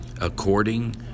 according